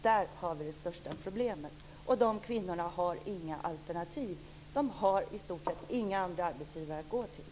Där har vi de största problemen. De kvinnorna har inga alternativ. De har i stort sett inga andra arbetsgivare att gå till.